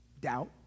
doubt